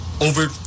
over